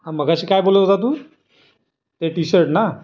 हां मगाशी काय बोलत होता तू ते टी शर्ट ना